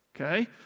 Okay